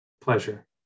pleasure